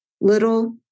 Little